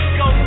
go